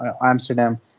Amsterdam